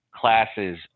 classes